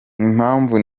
impamvu